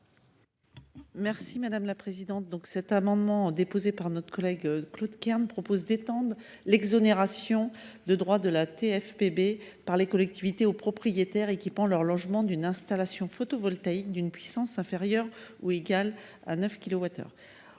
n° I 275 rectifié. Cet amendement de notre collègue Claude Kern vise à étendre l’exonération de droits de TFPB par les collectivités aux propriétaires équipant leur logement d’une installation photovoltaïque d’une puissance inférieure ou égale à 9